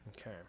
Okay